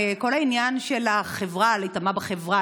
כל העניין של להיטמע בחברה,